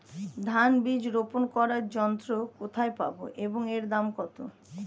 ধান বীজ রোপন করার যন্ত্র কোথায় পাব এবং এর দাম কত?